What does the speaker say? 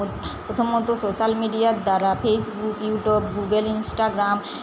প্রথমত সোশ্যাল মিডিয়ার দ্বারা ফেসবুক ইউটিউব গুগল ইনস্টাগ্রাম